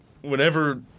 whenever